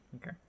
okay